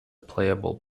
playable